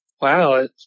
wow